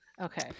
Okay